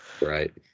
Right